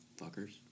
fuckers